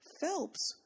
Phelps